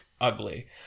ugly